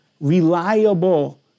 reliable